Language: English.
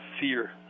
fear